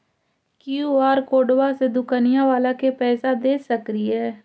QR कोडबा से दुकनिया बाला के पैसा दे सक्रिय?